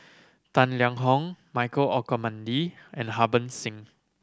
Tang Liang Hong Michael Olcomendy and Harbans Singh